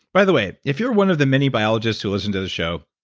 by the way, if you're one of the many biologists who listen to the show,